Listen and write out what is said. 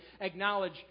acknowledge